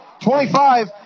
25